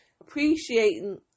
appreciating